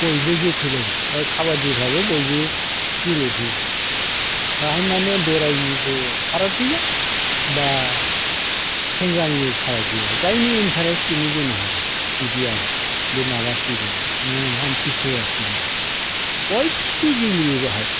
बयबो जोफैलायो काबाडिफ्रावबो बयबो गेलेफैयो बेवहाय माने बोरायनिबो फाराग गैया बा सेंग्रानिबो फाराग गैया जायनि इन्थारेस्ट बिनो जोनो हागोन बिदि आरोखि बे माबा सिजोनाव माने आमतिसुवा सिजोनाव बयबो गेलेयो बेवहाय